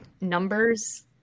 numbers